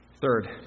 Third